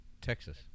Texas